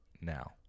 now